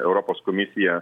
europos komisija